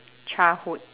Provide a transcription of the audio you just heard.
childhood